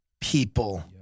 people